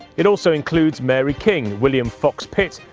it also includes mary king, william fox-pitt,